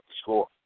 score